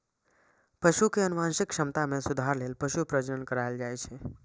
पशु के आनुवंशिक क्षमता मे सुधार लेल पशु प्रजनन कराएल जाइ छै